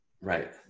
Right